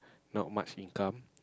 not much income